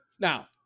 Now